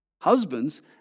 Husbands